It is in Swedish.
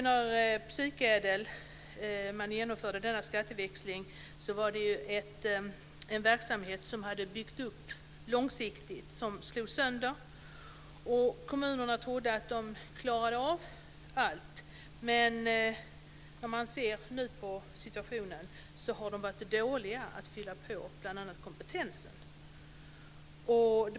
När man genomförde skatteväxlingen inom psykädel var det ju en verksamhet som hade byggts upp långsiktigt som slogs sönder. Kommunerna trodde att de klarade av allt, men när man nu ser situationen så har de varit dåliga på att bl.a. fylla på kompetensen.